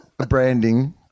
Branding